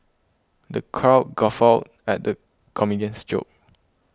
the crowd guffawed at the comedian's jokes